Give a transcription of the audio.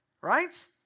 Right